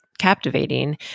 captivating